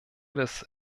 des